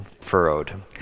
furrowed